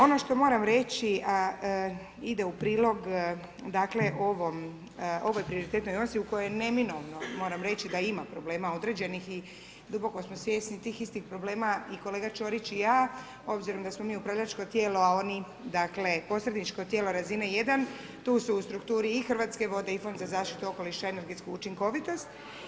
Ono što moram reći, a ide u prilog dakle, ovoj prioritetnoj osi u kojoj je neminovno, moram reći da ima problema određenih i duboko smo svjesni tih istih problema i kolega Ćorić i ja obzirom da smo upravljačko tijelo, a oni dakle, posredničko tijelo razine 1, tu su u strukturi i Hrvatske vode i Fond za zaštitu okoliša i energetsku učinkovitost.